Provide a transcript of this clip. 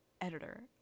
editor